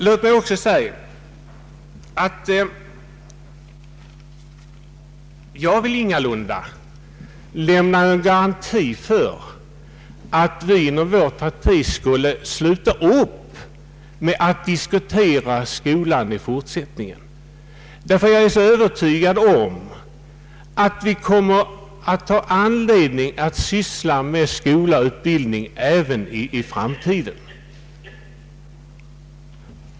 Jag vill emellertid inte lämna någon garanti för att vi inom vårt parti skulle sluta upp med att diskutera skolan i fortsättningen. Jag är övertygad om att vi kommer att ha anledning att syssla med skola och utbildning även i framtiden.